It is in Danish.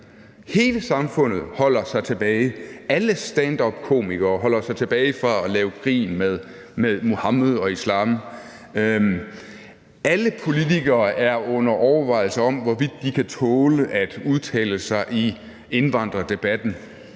hele samfundet holder sig tilbage. Alle standupkomikere holder sig tilbage fra at lave grin med Mohammed og islam. Alle politikere tager under overvejelse, hvorvidt de kan tåle at udtale sig i indvandrerdebatten,